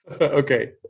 Okay